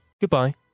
goodbye